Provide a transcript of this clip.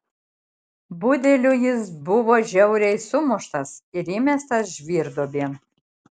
budelių jis buvo žiauriai sumuštas ir įmestas žvyrduobėn